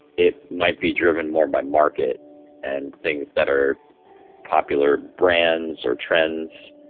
it might be driven more by market and things that are popular brands or trends,